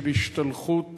של השתלחות